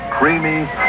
Creamy